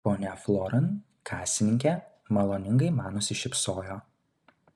ponia floran kasininkė maloningai man nusišypsojo